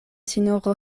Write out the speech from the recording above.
sinjoro